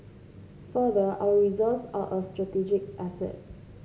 further our reserves are a strategic asset